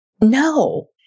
No